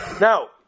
Now